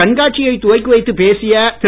கண்காட்சியை துவக்கி வைத்து பேசிய திரு